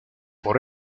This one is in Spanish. por